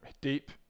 deep